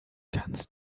kannst